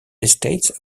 estates